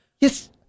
Yes